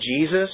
Jesus